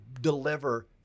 deliver